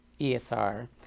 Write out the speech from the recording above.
ESR